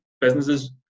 businesses